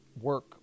work